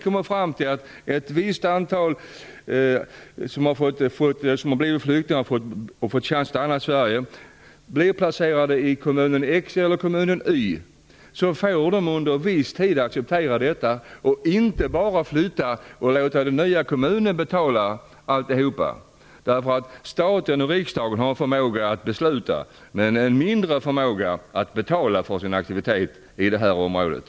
Om ett visst antal som får chans att stanna i Sverige blir placerade i kommunen x eller kommunen y får de under en viss tid acceptera detta och inte bara flytta och låta den nya kommunen betala alltihopa. Staten och riksdagen har en förmåga att besluta, men man har en mindre förmåga att betala för sina aktiviteter inom det här området.